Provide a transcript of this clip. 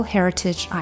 Heritage